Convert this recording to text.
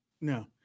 no